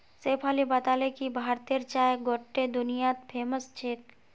शेफाली बताले कि भारतेर चाय गोट्टे दुनियात फेमस छेक